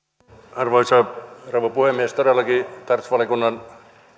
arvoisa rouva puhemies todellakin tarkastusvaliokunnan